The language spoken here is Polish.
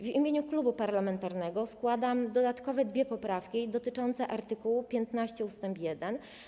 W imieniu klubu parlamentarnego składam dodatkowe dwie poprawki dotyczące art. 15 ust. 1.